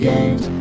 Games